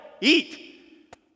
eat